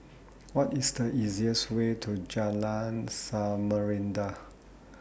What IS The easiest Way to Jalan Samarinda